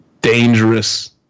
dangerous